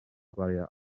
gwario